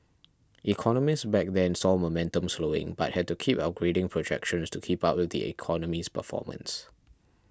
economists back then saw momentum slowing but had to keep upgrading projections to keep up with the economy's performance